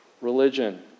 religion